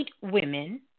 women